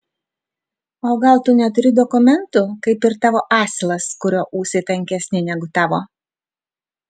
o gal tu neturi dokumentų kaip ir tavo asilas kurio ūsai tankesni negu tavo